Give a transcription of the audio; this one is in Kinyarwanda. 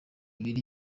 ibiri